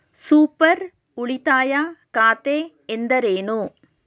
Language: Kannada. ಸೂಪರ್ ಉಳಿತಾಯ ಖಾತೆ ಎಂದರೇನು?